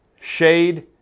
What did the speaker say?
shade